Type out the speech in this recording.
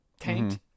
tanked